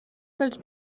pels